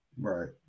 Right